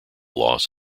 loss